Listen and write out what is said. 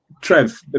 Trev